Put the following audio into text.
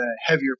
heavier